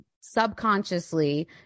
subconsciously